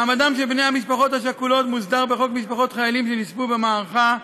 מעמדם של בני המשפחות השכולות מוסדר בחוק משפחות חיילים שנספו במערכה,